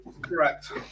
correct